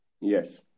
yes